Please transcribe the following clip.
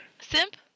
Simp